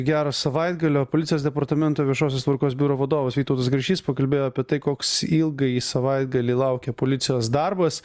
gero savaitgalio policijos departamento viešosios tvarkos biuro vadovas vytautas grašys pakalbėjo apie tai koks ilgąjį savaitgalį laukia policijos darbas